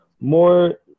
more